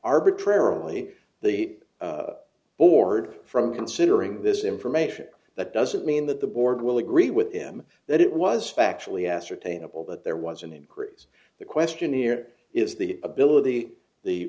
arbitrarily the board from considering this information that doesn't mean that the board will agree with him that it was factually ascertainable that there was an increase the question here is the ability the